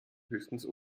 höchstens